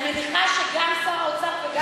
אני מניחה שגם שר האוצר וגם,